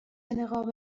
نقاب